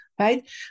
right